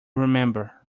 remember